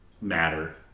matter